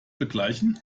begleichen